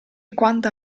quanta